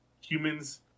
humans